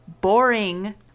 boring